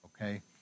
okay